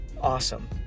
awesome